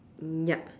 mm yup